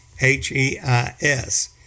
H-E-I-S